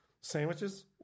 Sandwiches